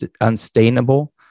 unsustainable